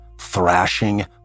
thrashing